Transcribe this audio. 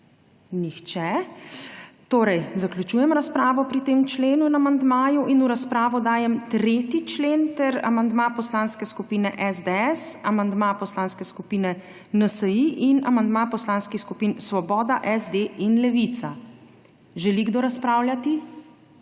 Nihče. Torej zaključujem razpravo pri tem členu in amandmaju. V razpravo dajem 3. člen, ter amandma Poslanske skupine SDS, amandma Poslanske skupine NSi in amandma poslanskih skupin Svoboda, SD in Levica. Želi kdo razpravljati?